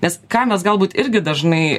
nes ką mes galbūt irgi dažnai